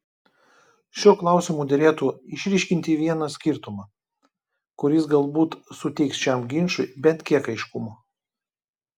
šiuo klausimu derėtų išryškinti vieną skirtumą kuris galbūt suteiks šiam ginčui bent kiek aiškumo